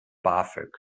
bafög